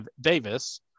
Davis